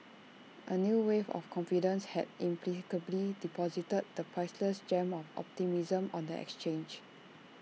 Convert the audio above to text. A new wave of confidence had inexplicably deposited the priceless gem of optimism on the exchange